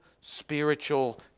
spiritual